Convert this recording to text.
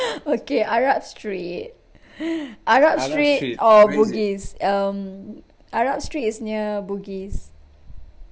okay arab street arab street or bugis um arab street is near bugis